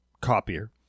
copier